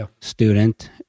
student